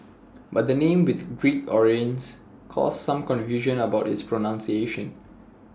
but the name with Greek origins caused some confusion about its pronunciation